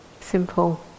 simple